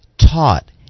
taught